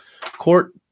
court